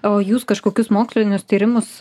o jūs kažkokius mokslinius tyrimus